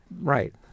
Right